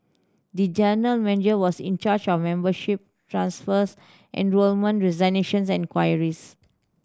the general manager was in charge of membership transfers enrolment resignations and queries